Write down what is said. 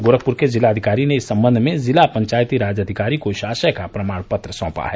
गोरखपुर के जिलाधिकारी ने इस सम्बंध में जिला पंचायती राज अधिकारी को इस आशय का प्रमाण पत्र सौंपा है